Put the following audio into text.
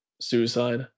suicide